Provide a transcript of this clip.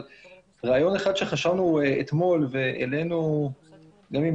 רעיון אחד שחשבנו עליו אתמול והעלינו גם עם